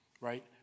Right